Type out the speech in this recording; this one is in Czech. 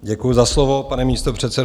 Děkuji za slovo, pane místopředsedo.